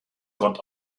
gott